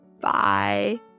Bye